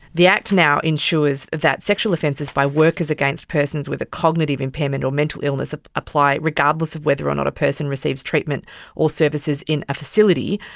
the act now ensures that sexual offences by workers against persons with a cognitive impairment or mental illness ah apply regardless of whether or not a person receives treatment or services in a facility,